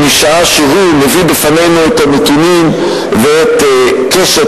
משעה שהוא מביא בפנינו את הנתונים ואת קשת